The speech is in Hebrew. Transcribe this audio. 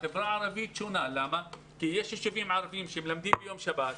החברה הערבית שונה כי יש ישובים ערבים שמלמדים בשבת,